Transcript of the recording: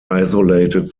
isolated